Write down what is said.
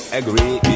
agree